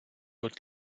wird